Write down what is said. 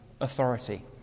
authority